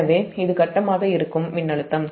எனவே இது கட்டமாக இருக்கும் மின்னழுத்தம்